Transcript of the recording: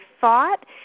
thought